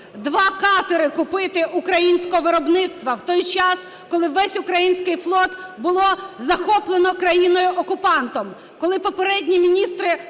два катери купити українського виробництва, в той час коли весь український флот було захоплено країною окупантом,